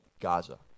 Gaza